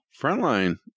Frontline